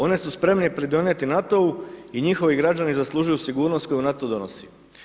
One su spremne pridonijeti NATO-u i njihovi građani zaslužuju sigurnost koju NATO donosi.